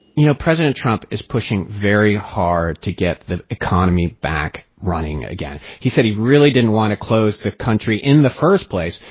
you know, president trump is pushing very hard to get the economy back running again. he said he really didn't want to close the country in the first place,